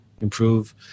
improve